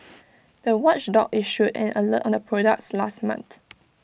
the watchdog issued an alert on the products last month